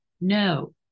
No